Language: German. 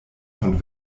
von